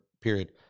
Period